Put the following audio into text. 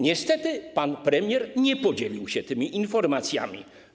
Niestety pan premier nie podzielił się tymi informacjami.